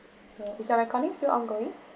so is you recording still ongoing